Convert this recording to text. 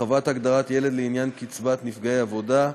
הרחבת הגדרת ילד לעניין קצבת נפגעי עבודה),